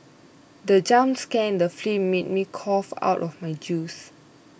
the jump scare in the film made me cough out of my juice